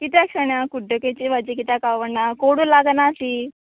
कित्याक शाण्या कुड्डुकेची भाजी कित्याक आवडना कोडू लागना ती